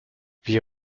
wir